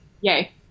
Yay